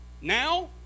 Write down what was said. Now